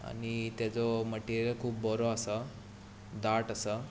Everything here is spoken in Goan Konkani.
आनी ताजो मटिरियल खूब बरो आसा दाट आसा